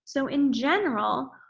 so, in general,